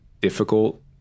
difficult